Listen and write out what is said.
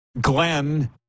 Glenn